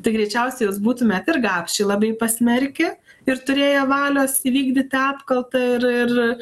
tai greičiausiai jūs būtumėt ir gapšį labai pasmerkę ir turėję valios įvykdyti apkaltą ir ir